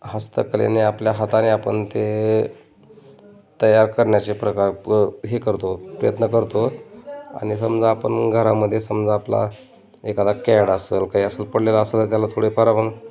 हस्तकलेने आपल्या हाताने आपण ते तयार करण्याचे प्रकार प हे करतो प्रयत्न करतो आणि समजा आपण घरामध्ये समजा आपला एखादा कॅड असंल काही असंल पडलेलं असला त्याला थोडेफार आपण